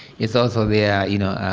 it's also there, you know,